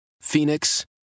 Phoenix